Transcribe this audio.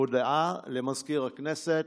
הודעה למזכיר הכנסת.